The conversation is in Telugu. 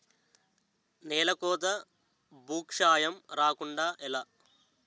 నేలకోత భూక్షయం రాకుండ ఎలా?